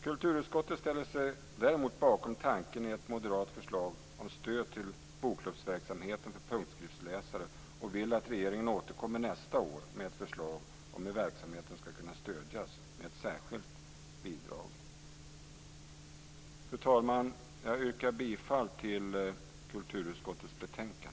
Kulturutskottet ställer sig däremot bakom tanken i ett moderat förslag om stöd till bokklubbsverksamhet för punktskriftsläsare och vill att regeringen återkommer nästa år med ett förslag om hur verksamheten skall kunna stödjas med ett särskilt bidrag. Fru talman! Jag yrkar bifall till kulturutskottets hemställan.